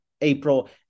april